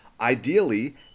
Ideally